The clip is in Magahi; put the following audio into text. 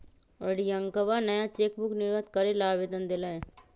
रियंकवा नया चेकबुक निर्गत करे ला आवेदन देलय